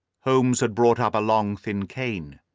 holmes had brought up a long thin cane,